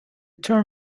term